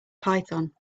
python